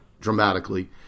dramatically